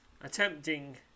Attempting